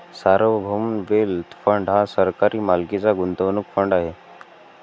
सार्वभौम wealth fund हा सरकारी मालकीचा गुंतवणूक फंड आहे